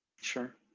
Sure